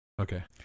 Okay